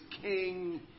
King